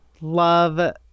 love